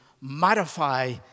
modify